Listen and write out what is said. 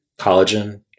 collagen